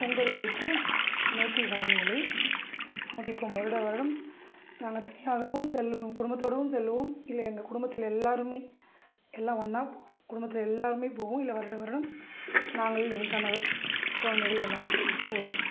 பொங்கல் வைத்து நேர்த்திக்கடன்களை முடிப்போம் வருட வருடம் நாங்கள் தனியாகவும் செல்லு குடும்பத்தோடவும் செல்லுவோம் இல்லை எங்கள் குடும்பத்தில் எல்லாருமே எல்லாம் ஒன்னாக குடும்பத்தில் எல்லாருமே போவோம் இல்லை வருட வருடம் நாங்கள் என் கணவர் குழந்தைகள் எல்லாம் போவோம்